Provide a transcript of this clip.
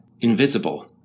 invisible